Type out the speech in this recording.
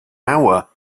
hour